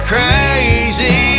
Crazy